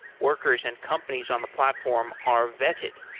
workers and companies on the platform are vetted,